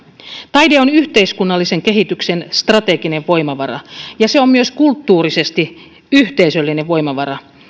taide on yhteiskunnallisen kehityksen strateginen voimavara ja se on myös kulttuurisesti yhteisöllinen voimavara